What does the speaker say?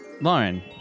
Lauren